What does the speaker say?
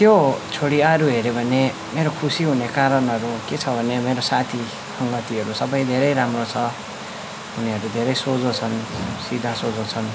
त्यो छोडी अरू हेऱ्यो भने मेरो खुसी हुने कारणहरू के छ भने मेरो साथी सङ्गतीहरू सबै धेरै राम्रो छ उनीहरू धेरै सोझो छन् सिधा सोझो छन्